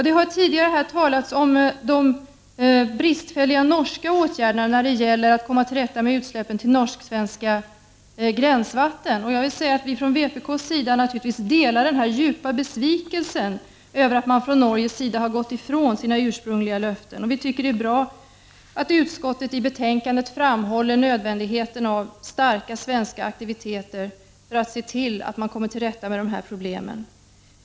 Det har tidigare talats om de bristfälliga norska åtgärderna när det gäller att komma till rätta med utsläppen till norsk-svenska gränsvatten. Från vpk:s sida delar vi naturligtvis den djupa besvikelsen över att man i Norge har frångått sina ursprungliga löften i detta sammanhang. Det är bra att utskottet i betänkandet framhållit nödvändigheten av starka svenska aktiviteter för att se till att man kommer till rätta med de här problemen.